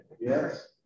Yes